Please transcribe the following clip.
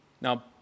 Now